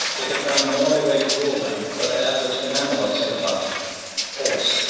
they could find no other way to rule them but that which the mamaluks had adopted force.